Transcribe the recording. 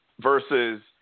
Versus